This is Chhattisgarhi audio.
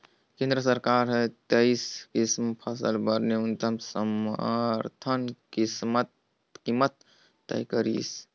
केंद्र सरकार हर तेइस किसम फसल बर न्यूनतम समरथन कीमत तय करिसे